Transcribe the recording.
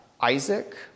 Isaac